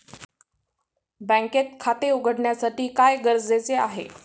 बँकेत खाते उघडण्यासाठी काय गरजेचे आहे?